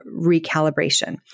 recalibration